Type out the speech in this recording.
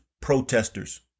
protesters